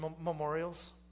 memorials